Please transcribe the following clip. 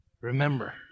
Remember